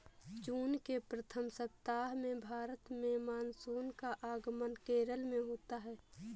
जून के प्रथम सप्ताह में भारत में मानसून का आगमन केरल में होता है